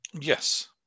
yes